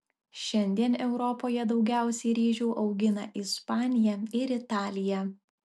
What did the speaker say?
šiandien europoje daugiausiai ryžių augina ispanija ir italija